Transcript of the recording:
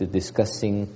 discussing